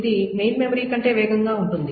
ఇది main memory కంటే వేగంగా ఉంటుంది